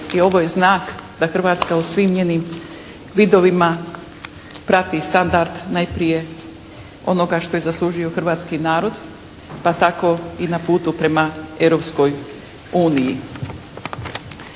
i ovo je znak da Hrvatska u svim njenim vidovima prati standard najprije onoga što i zaslužuje hrvatski narod pa tako i na putu prema Europskoj uniji.